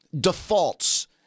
defaults